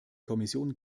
kommission